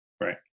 right